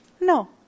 No